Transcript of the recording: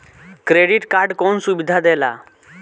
Credit card कौन सुबिधा देला?